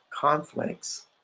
conflicts